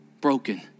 Broken